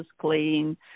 clean